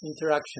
interaction